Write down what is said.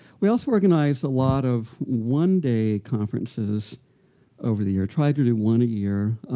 we also organized a lot of one day conferences over the year. tried to do one a year.